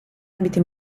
abiti